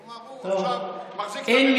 הוא עכשיו מחזיק את הממשלה,